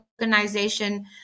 organization